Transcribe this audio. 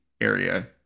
area